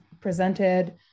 presented